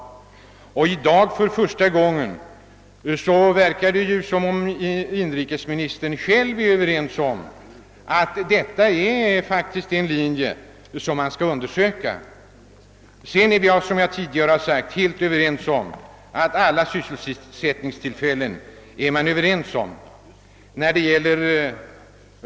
I dag verkar det för första gången som om inrikesministern är överens med mig om att detta är en linje som bör undersökas. Som jag tidigare sagt är vi överens om att alla sysselsättningstillfällen skall tillvaratagas.